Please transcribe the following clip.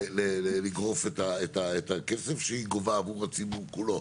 לגרוף את הכסף שהיא גובה עבור הציבור כולו,